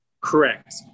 correct